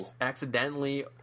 accidentally